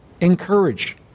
Encourage